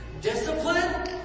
Discipline